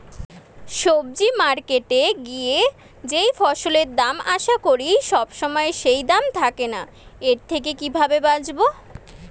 সবজি মার্কেটে গিয়ে যেই ফসলের দাম আশা করি সবসময় সেই দাম থাকে না এর থেকে কিভাবে বাঁচাবো?